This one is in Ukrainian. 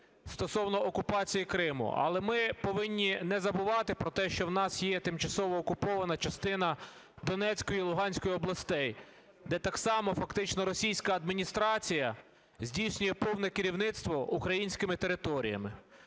стосовно окупації Криму. Але ми повинні не забувати про те, що у нас є тимчасово окупована частина Донецької і Луганської областей, де так само фактично російська адміністрація здійснює повне керівництво українськими територіями.